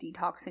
detoxing